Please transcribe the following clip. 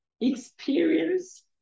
experience